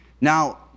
Now